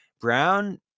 Brown